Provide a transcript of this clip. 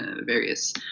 various